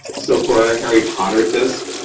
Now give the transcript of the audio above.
so, for our harry potter disc,